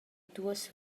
duas